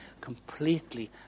completely